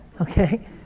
okay